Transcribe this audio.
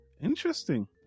Interesting